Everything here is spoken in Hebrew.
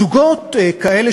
זוגות כאלה,